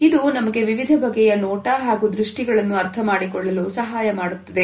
ಇದು ನಮಗೆ ವಿವಿಧ ಬಗೆಯ ನೋಟ ಹಾಗೂ ದೃಷ್ಟಿಗಳನ್ನು ಅರ್ಥಮಾಡಿಕೊಳ್ಳಲು ಸಹಾಯ ಮಾಡುತ್ತದೆ